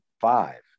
five